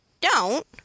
don't